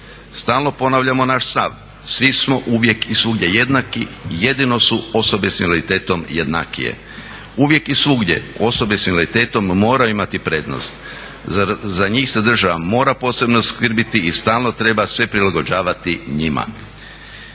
Stalno ponavljamo naš stav, svi smo uvijek i svugdje jednaki, jedino su osobe s invaliditetom jednakije. Uvijek i svugdje osobe sa invaliditetom moraju imati prednost. Za njih se država mora posebno skrbiti i stalno treba sve prilagođavati njima.